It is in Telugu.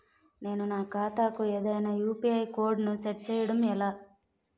నేను నా ఖాతా కు ఏదైనా యు.పి.ఐ కోడ్ ను సెట్ చేయడం ఎలా?